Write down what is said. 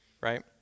right